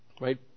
right